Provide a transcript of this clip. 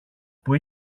που